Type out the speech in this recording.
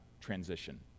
transition